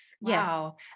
Wow